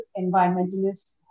environmentalists